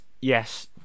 yes